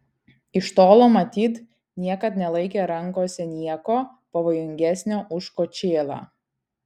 iš tolo matyt niekad nelaikė rankose nieko pavojingesnio už kočėlą